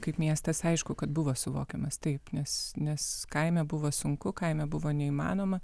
kaip miestas aišku kad buvo suvokiamas taip nes nes kaime buvo sunku kaime buvo neįmanoma